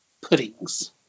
puddings